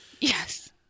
Yes